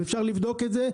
ואפשר לבדוק את זה.